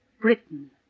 Britain